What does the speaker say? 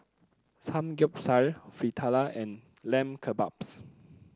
Samgeyopsal Fritada and Lamb Kebabs